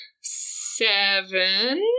seven